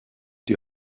die